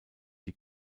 die